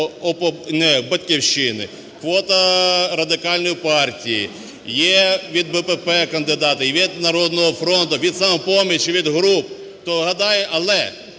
квота Радикальної партії, є від БПП кандидати, від "Народного фронту", від "Самопомочі", від груп.